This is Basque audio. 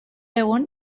egun